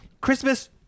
Christmas